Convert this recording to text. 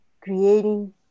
creating